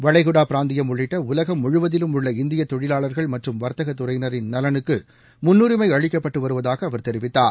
வளைகுடா பிராந்தியம் உள்ளிட்ட உலகம் முழுவதிலும் உள்ள இந்திய தொழிலாளா்கள் மற்றும் வர்த்தகத் துறையினரின் நலனுக்கு முன்னுரிமை அளிக்கபட்டுவருவதாக அவர் தெரிவித்தார்